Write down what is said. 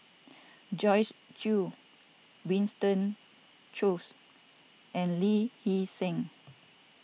Joyce Jue Winston Choos and Lee Hee Seng